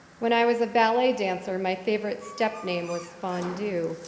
when i was a ballet dancer, my favorite step name was fondue,